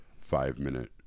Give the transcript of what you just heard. five-minute